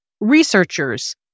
Researchers